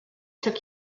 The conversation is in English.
took